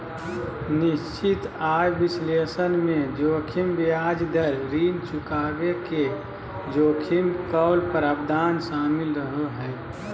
निश्चित आय विश्लेषण मे जोखिम ब्याज दर, ऋण चुकाबे के जोखिम, कॉल प्रावधान शामिल रहो हय